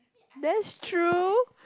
that's true